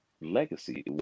legacy